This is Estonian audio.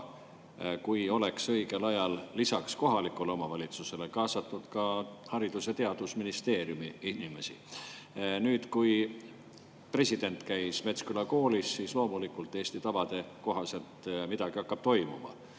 kui oleks õigel ajal lisaks kohalikule omavalitsusele kaasatud ka Haridus‑ ja Teadusministeeriumi inimesi. Nüüd, kui president käis Metsküla koolis, loomulikult Eesti tavade kohaselt midagi hakkab toimuma